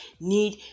need